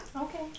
Okay